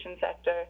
sector